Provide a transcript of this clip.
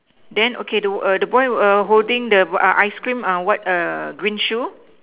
then okay the err the boy err holding the uh ice cream uh what err green shoe